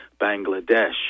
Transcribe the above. Bangladesh